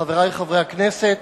תודה, חברי חברי הכנסת,